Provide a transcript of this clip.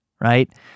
right